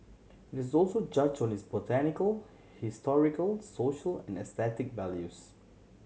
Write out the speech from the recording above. it is also judged on its botanical historical social and aesthetic values